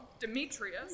Demetrius